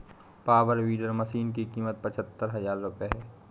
power weeder machine की कीमत पचहत्तर हजार रूपये है